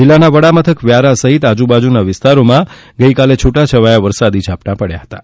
જિલ્લાના વડા મથક વ્યારા સહિત આજૂબાજૂના વિસ્તારોમાં ગઈકાલે છૂટાછવાયા વરસાદના ઝાપટાં પડ્યાં હતાં